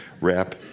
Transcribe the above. wrap